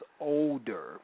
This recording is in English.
older